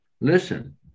listen